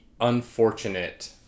unfortunate